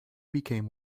became